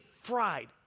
fried